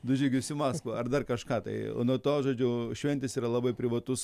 du žygius į maskvą ar dar kažką tai o nuo to žodžiu šventės yra labai privatus